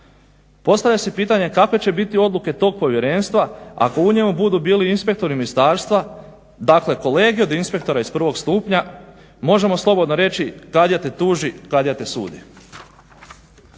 Postavlja se pitanje kakve će biti odluke tog povjerenstva ako u njemu budu bili inspektori ministarstva, dakle kolege od inspektora iz prvog stupnja, možemo slobodno reći talija te tuži, talija te sudi.